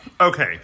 Okay